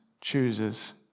chooses